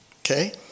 okay